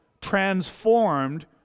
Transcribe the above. transformed